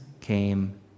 came